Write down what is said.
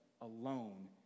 alone